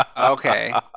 Okay